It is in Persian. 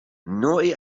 نوعی